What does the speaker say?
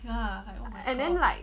and then like